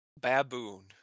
Baboon